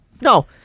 no